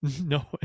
no